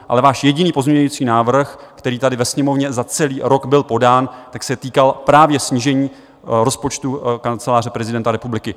Ale váš jediný pozměňovací návrh, který tady ve Sněmovně za celý rok byl podán, se týkal právě snížení rozpočtu Kanceláře prezidenta republiky.